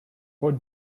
what